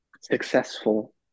Successful